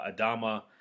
Adama